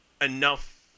enough